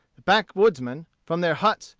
the backwoodsmen, from their huts,